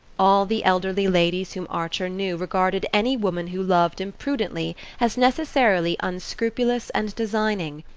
all the elderly ladies whom archer knew regarded any woman who loved imprudently as necessarily unscrupulous and designing,